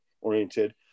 oriented